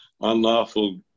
unlawful